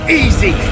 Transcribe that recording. easy